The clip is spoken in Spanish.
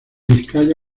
vizcaya